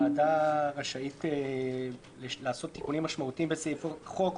ועדה רשאית לעשות תיקונים משמעותיים בסעיפי חוק,